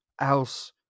else